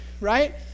right